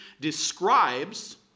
describes